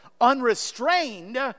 Unrestrained